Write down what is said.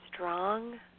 Strong